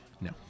No